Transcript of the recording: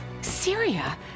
Syria